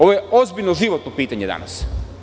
Ovo je ozbiljno životno pitanje danas.